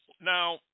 Now